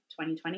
2020